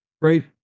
right